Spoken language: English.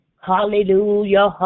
Hallelujah